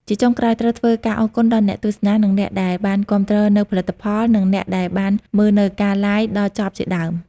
ជាចុងក្រោយត្រូវធ្វើការអរគុណដល់អ្នកទស្សនា និងអ្នកដែលបានគាំទ្រនូវផលិតផល និងអ្នកដែលបានមើលនូវការ Live ដល់ចប់ជាដើម។